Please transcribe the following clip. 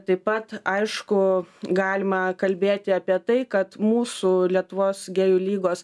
taip pat aišku galima kalbėti apie tai kad mūsų lietuvos gėjų lygos